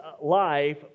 life